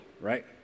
right